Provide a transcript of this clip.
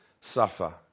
suffer